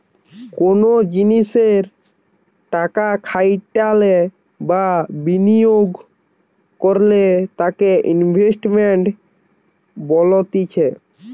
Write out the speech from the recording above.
কোনো জিনিসে টাকা খাটাইলে বা বিনিয়োগ করলে তাকে ইনভেস্টমেন্ট বলতিছে